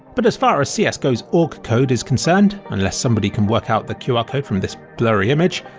but as far as cs go's aug code is concerned, unless somebody can work out the qr code for this blurry image,